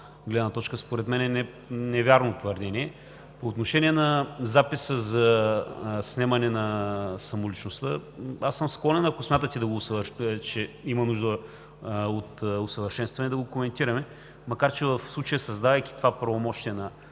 гледна точка това е невярно твърдение. По отношение на записа за снемане на самоличността аз съм склонен, ако смятате, че има нужда от усъвършенстване, да го коментираме, макар че в случая, създавайки това правомощие на